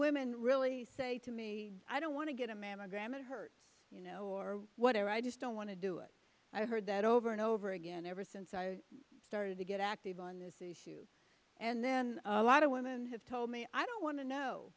women really say to me i don't want to get a mammogram it hurt you know or whatever i just don't want to do it i heard that over and over again ever since i started to get active on this issue and then a lot of women have told me i don't want to know